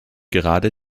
gerade